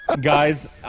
Guys